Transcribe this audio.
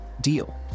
Deal